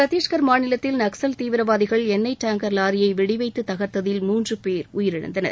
சத்தீஷ்கர் மாநிலத்தில் நக்ஸல் தீவிரவாதிகள் எண்ணெய் டாங்கர் லாரியை வெடிவைத்து தகர்த்ததில் மூன்றுபேர் உயிரிழந்தனர்